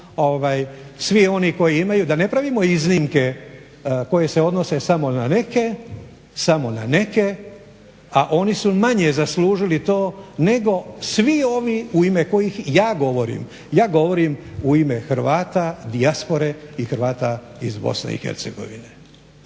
svi oni koji imaju, da ne pravimo iznimke koje se odnose samo na neke, a oni su manje zaslužili to nego svi ovi u ime kojih ja govorim. Ja govorim u ime Hrvata dijaspora i Hrvata iz BiH.